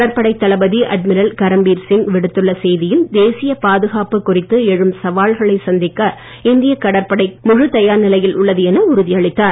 கடற்படை தளபதி அட்மிரல் கரம்பீர் சிங் விடுத்துள்ள செய்தியில் தேசிய பாதுகாப்பு குறித்து எழும் சவால்களை சந்திக்க இந்திய கடற்படை முழு தயார் நிலையில் உள்ளது என உறுதியளித்துள்ளார்